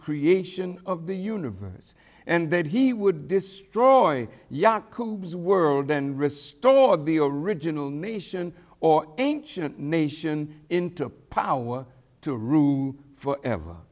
creation of the universe and that he would destroy yacoob world and restore the original nation or ancient nation into a power to rue forever